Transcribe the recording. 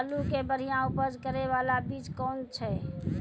आलू के बढ़िया उपज करे बाला बीज कौन छ?